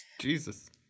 Jesus